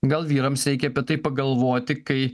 gal vyrams reikia apie tai pagalvoti kai